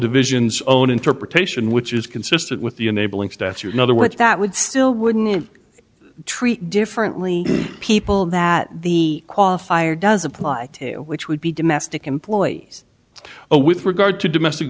division's own interpretation which is consistent with the enabling statute in other words that would still wouldn't treat differently people that the qualifier does apply to which would be domestic employees a with regard to domestic